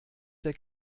der